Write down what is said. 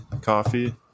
coffee